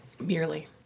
Merely